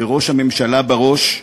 וראש הממשלה בראש,